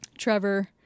Trevor